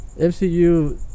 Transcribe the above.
MCU